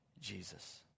Jesus